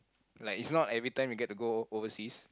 like it's not every time you get to go overseas